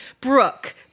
Brooke